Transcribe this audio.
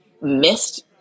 missed